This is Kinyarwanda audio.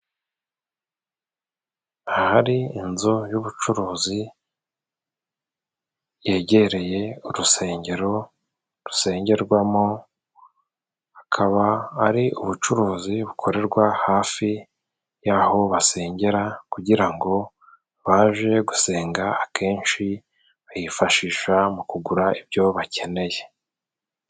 Ahari inzu y'ubucuruzi yegereye urusengero rusengerwamo, hakaba ari ubucuruzi bukorerwa hafi y'aho basengera kugira ngo abaje gusenga akenshi bayifashisha mu kugura ibyo bakeneye.